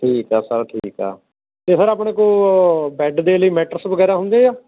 ਠੀਕ ਆ ਸਰ ਠੀਕ ਆ ਅਤੇ ਸਰ ਆਪਣੇ ਕੋਲ ਬੈਡ ਦੇ ਲਈ ਮੈਟਰਸ ਵਗੈਰਾ ਹੁੰਦੇ ਆ